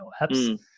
apps